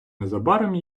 незабаром